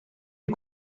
des